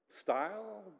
style